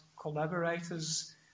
collaborators